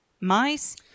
mice